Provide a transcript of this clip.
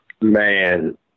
Man